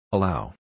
Allow